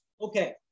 Okay